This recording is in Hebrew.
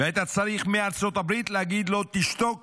ואתה צריך מארצות הברית להגיד לו: תשתוק